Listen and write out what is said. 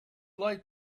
like